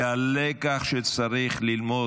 והלקח שצריך ללמוד,